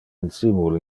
insimul